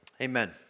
Amen